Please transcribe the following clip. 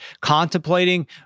contemplating